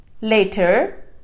Later